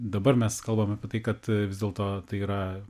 dabar mes kalbam apie tai kad vis dėlto tai yra